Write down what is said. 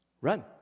Run